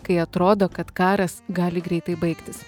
kai atrodo kad karas gali greitai baigtis